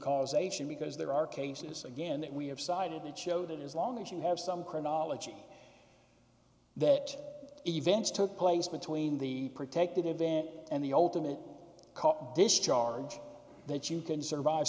causation because there are cases again that we have cited that show that as long as you have some chronology that events took place between the protected event and the ultimate discharge that you can survive